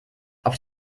auf